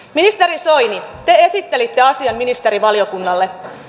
ministeri soini te esittelitte asian ministerivaliokunnalle